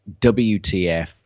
WTF